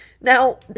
Now